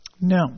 No